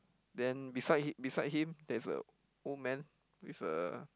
then beside him beside him there's a old man with a